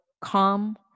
calm